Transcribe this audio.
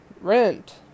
rent